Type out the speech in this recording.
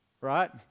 right